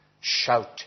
shout